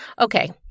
okay